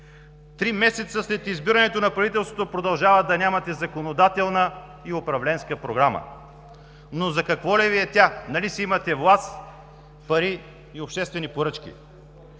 Три месеца след избирането на правителството продължавате да нямате законодателна и управленска програма. Но за какво ли Ви е тя? Нали си имате власт, пари и обществени поръчки!